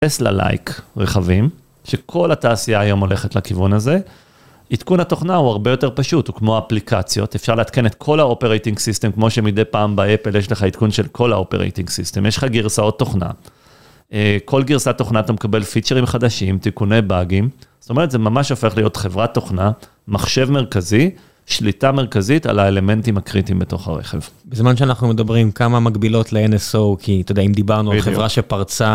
Tesla-like רכבים, שכל התעשייה היום הולכת לכיוון הזה. עדכון התוכנה הוא הרבה יותר פשוט, הוא כמו אפליקציות, אפשר לעדכן את כל ה-Operating System, כמו שמדי פעם באפל יש לך עדכון של כל ה-Operating System, יש לך גרסאות תוכנה, כל גרסת תוכנה אתה מקבל פיצ'רים חדשים, תיקוני באגים, זאת אומרת, זה ממש הופך להיות חברת תוכנה, מחשב מרכזי, שליטה מרכזית על האלמנטים הקריטיים בתוך הרכב. בזמן שאנחנו מדברים כמה מגבילות ל-NSO, כי, אתה יודע, אם דיברנו על חברה שפרצה...